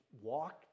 walk